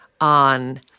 on